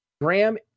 Graham